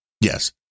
Yes